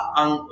ang